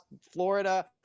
Florida